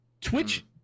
Twitch